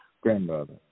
Grandmother